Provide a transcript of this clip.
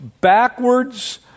backwards